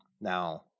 now